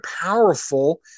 powerful